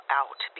out